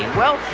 well,